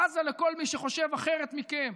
בזה לכל מי שחושב אחרת מכם,